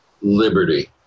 liberty